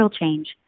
change